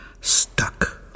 stuck